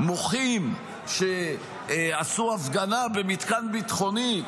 מוחים שעשו הפגנה במתקן ביטחוני.